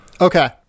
Okay